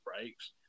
breaks